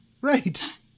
Right